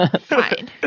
Fine